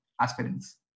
aspirants